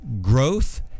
growth